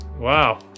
Wow